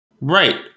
Right